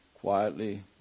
quietly